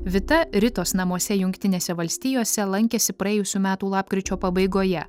vita ritos namuose jungtinėse valstijose lankėsi praėjusių metų lapkričio pabaigoje